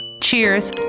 Cheers